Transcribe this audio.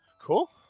cool